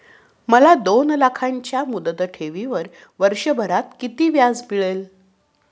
मला दोन लाखांच्या मुदत ठेवीवर वर्षभरात किती व्याज मिळेल?